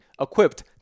equipped